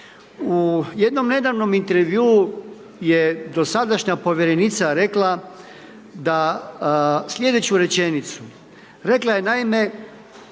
U jednom nedavnom je dosadašnja povjerenica rekla da sljedeću rečenicu, rekla je naime